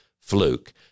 fluke